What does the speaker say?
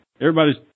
everybody's